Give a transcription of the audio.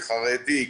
חרדי,